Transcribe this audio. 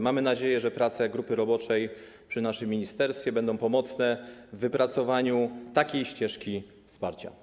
Mamy nadzieję, że prace grupy roboczej przy naszym ministerstwie będą pomocne w wypracowaniu takiej ścieżki wsparcia.